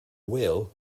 wheel